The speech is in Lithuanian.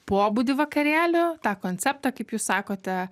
pobūdį vakarėlių tą konceptą kaip jūs sakote